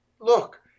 look